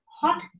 hot